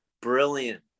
brilliant